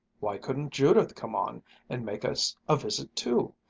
why couldn't judith come on and make us a visit too?